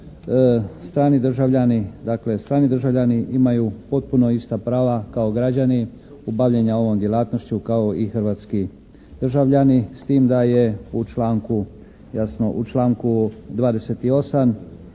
strani državljani imaju potpuno ista prava kao građani obavljanja ovom djelatnošću kao i hrvatski državljani s tim da je u članku,